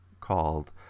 called